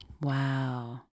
Wow